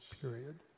period